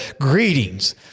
greetings